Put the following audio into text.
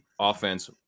offense